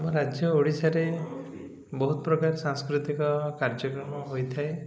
ଆମ ରାଜ୍ୟ ଓଡ଼ିଶାରେ ବହୁତ ପ୍ରକାର ସାଂସ୍କୃତିକ କାର୍ଯ୍ୟକ୍ରମ ହୋଇଥାଏ